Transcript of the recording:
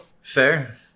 Fair